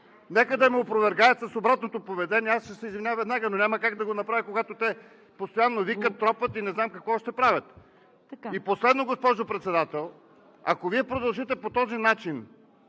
Нека да ме опровергаят с обратното поведение и ще се извиня веднага, но няма как да го направя, когато те постоянно викат, тропат и не знам какво още правят. И последно, госпожо Председател, ако Вие продължите да се държите